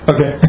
Okay